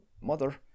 mother